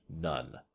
None